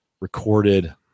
recorded